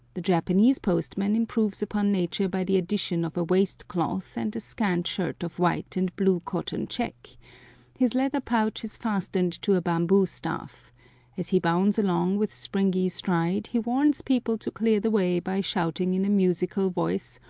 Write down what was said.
the japanese postman improves upon nature by the addition of a waist-cloth and a scant shirt of white and blue cotton check his letter-pouch is fastened to a bamboo-staff as he bounds along with springy stride he warns people to clear the way by shouting in a musical voice,